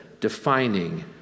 defining